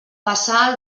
passar